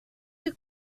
you